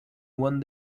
one